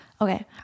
okay